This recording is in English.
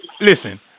listen